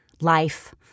Life